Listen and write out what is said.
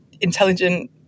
intelligent